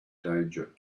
danger